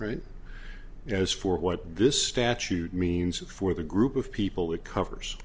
right as for what this statute means for the group of people it covers